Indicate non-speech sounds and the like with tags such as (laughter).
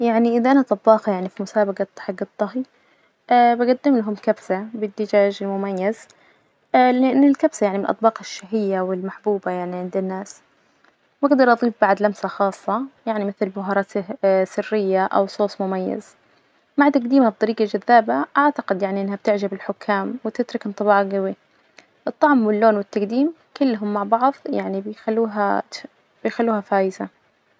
يعني إذا أنا طباخة يعني في مسابجة حج الطهي (hesitation) بجدم لهم كبسة بالدجاج المميز (hesitation) لإن الكبسة يعني من الأطباق الشهية والمحبوبة يعني عند الناس، بجدر أضيف بعد لمسة خاصة يعني مثل بهارات (hesitation) سرية أو صوص مميز مع تجديمها بطريقة جذابة أعتقد يعني إنها بتعجب الحكام وتترك إنطباع جوي، الطعم واللون والتجديم كلهم مع بعظ يعني بيخلوها ت- بيخلوها فايزة.